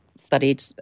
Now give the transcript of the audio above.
studied